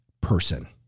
person